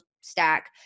stack